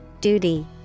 duty